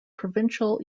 provincial